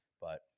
But-